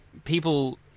People